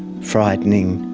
frightening,